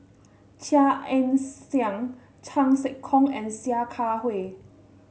Chia Ann Siang Chan Sek Keong and Sia Kah Hui